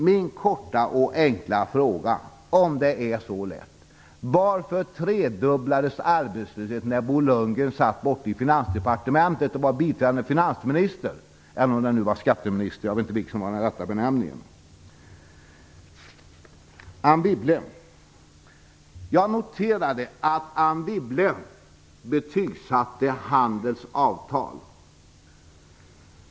Min korta fråga till Bo Lundgren är: Om det är så lätt, varför tredubblades då arbetslösheten när Bo Lundgren satt på Finansdepartementet och var biträdande finansminister - eller om han var skatteminister, jag vet inte vilken benämning som är den rätta. Jag noterade att Anne Wibble betygsatte Handelsanställdas förbunds avtal.